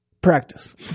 practice